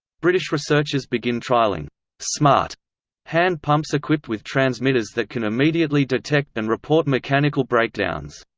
british researchers begin trialling smart hand pumps equipped with transmitters that can immediately detect and report mechanical breakdowns.